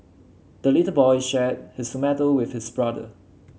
the little boy shared his tomato with his brother